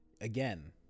again